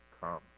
come